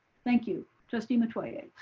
thank you, trustee metoyer.